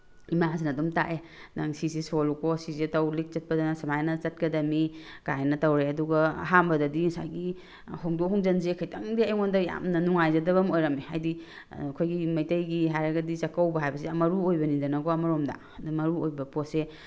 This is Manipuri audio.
ꯏꯃꯥꯁꯤꯅ ꯑꯗꯨꯝ ꯇꯥꯛꯑꯦ ꯅꯪ ꯁꯤꯁꯦ ꯁꯣꯜꯂꯨꯀꯣ ꯁꯤꯁꯦ ꯇꯧ ꯂꯤꯛ ꯆꯠꯄꯗꯅ ꯁꯨꯃꯥꯏꯅ ꯆꯠꯀꯗꯕꯅꯤ ꯀꯥꯏꯅ ꯇꯧꯔꯦ ꯑꯗꯨꯒ ꯑꯍꯥꯟꯕꯗꯗꯤ ꯉꯁꯥꯏꯒꯤ ꯍꯣꯡꯗꯣꯛ ꯍꯣꯡꯖꯤꯟꯁꯦ ꯈꯤꯇꯪꯗꯤ ꯑꯩꯉꯣꯟꯗ ꯌꯥꯝꯅ ꯅꯨꯡꯉꯥꯏꯖꯗꯕ ꯑꯃ ꯑꯣꯏꯔꯝꯃꯦ ꯍꯥꯏꯕꯗꯤ ꯑꯩꯈꯣꯏꯒꯤ ꯃꯩꯇꯩꯒꯤ ꯍꯥꯏꯔꯒꯗꯤ ꯆꯥꯛꯀꯧꯕ ꯍꯥꯏꯕꯁꯦ ꯌꯥꯝꯅ ꯃꯔꯨꯑꯣꯏꯕꯅꯤꯗꯅꯀꯣ ꯑꯃꯔꯣꯝꯗ ꯑꯗꯨ ꯃꯔꯨꯑꯣꯏꯕ ꯄꯣꯠꯁꯦ